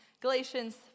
Galatians